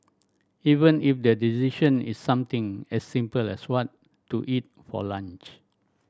even if the decision is something as simple as what to eat for lunch